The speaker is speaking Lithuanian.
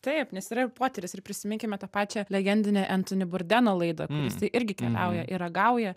taip nes yra ir potyris ir prisiminkime tą pačią legendinę entoni burdeno laidą kur jisai irgi keliauja ir ragauja